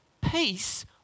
peace